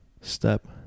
step